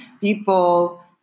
people